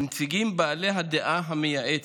ולנציגים בעלי הדעה המייעצת,